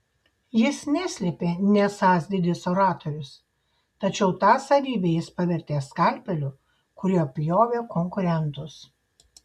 jis neslėpė nesąs didis oratorius tačiau tą savybę jis pavertė skalpeliu kuriuo pjovė konkurentus